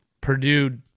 Purdue